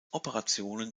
operationen